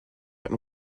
and